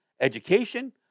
education